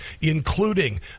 including